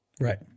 Right